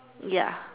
ya